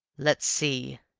let's see,